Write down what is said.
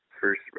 first